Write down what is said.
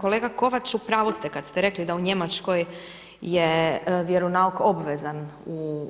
Kolega Kovač, u pravu ste rekli da u Njemačkoj je vjeronauk obvezan